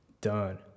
done